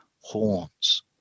horns